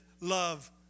love